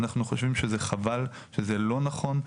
אנחנו חושבים שזה חבל, שזה לא נכון.